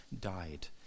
died